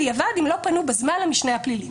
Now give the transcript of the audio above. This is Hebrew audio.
בדיעבד, אם לא פנו בזמן למשנה הפלילי.